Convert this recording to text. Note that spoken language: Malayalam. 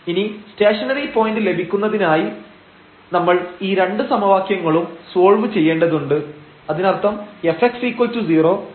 ഇനി സ്റ്റേഷനറി പോയന്റ് ലഭിക്കുന്നതിനായി നമ്മൾ ഈ രണ്ട് സമവാക്യങ്ങളും സോൾവ് ചെയ്യേണ്ടതുണ്ട് അതിനർത്ഥം fx0 fy0